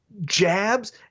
Jabs